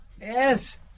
Yes